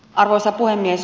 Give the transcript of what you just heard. arvoisa puhemies